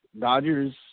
Dodgers